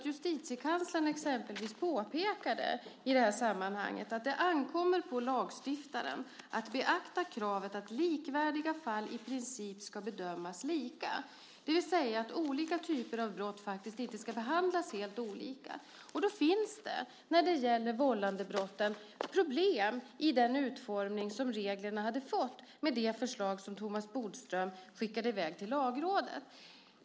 Justitiekanslern påpekade i sammanhanget att det ankommer på lagstiftaren att beakta kravet att likvärdiga fall i princip ska bedömas lika, det vill säga att olika typer av brott faktiskt inte ska behandlas helt olika. Då finns det när det gäller vållandebrotten problem i den utformning som reglerna hade fått med det förslag som Thomas Bodström skickade i väg till Lagrådet.